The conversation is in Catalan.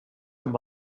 amb